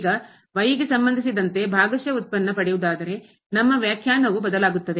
ಈಗ ಗೆ ಸಂಬಂಧಿಸಿದಂತೆ ಭಾಗಶಃ ಉತ್ಪನ್ನ ಪಡೆಯುವುದಾದರೆ ನಮ್ಮ ವ್ಯಾಖ್ಯಾನವು ಬದಲಾಗುತ್ತದೆ